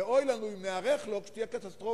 ואוי לנו אם ניערך לו כאשר תהיה קטסטרופה